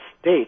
state